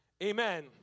Amen